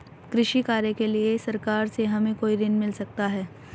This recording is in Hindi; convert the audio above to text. कृषि कार्य के लिए सरकार से हमें कोई ऋण मिल सकता है?